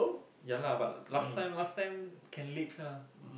ya lah but last time last time can leaps ah